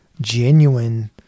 genuine